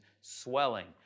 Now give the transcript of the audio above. swelling